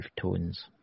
tones